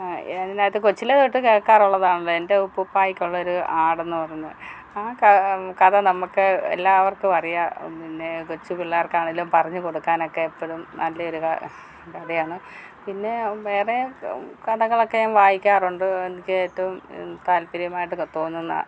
ഇതിൻ്റെ അകത്ത് കൊച്ചിലെ തൊട്ട് കേൾക്കാറുള്ളതാണ് എൻ്റെ ഉപ്പുപ്പായ്ക്ക് ഉള്ള ഒരു ആടെന്നു പറയുന്നത് ആ കഥ നമുക്ക് എല്ലാവർക്കും അറിയാം പിന്നെ കൊച്ചു പിള്ളേർക്ക് ആണെങ്കിലും പറഞ്ഞു കൊടുക്കാനൊക്കെ എപ്പഴും നല്ലൊരു കഥയാണ് പിന്നെ വേറെ കഥകളൊക്കെയും വായിക്കാറുണ്ട് എനിക്ക് ഏറ്റവും താല്പര്യമായിട്ടൊക്കെ തോന്നുന്ന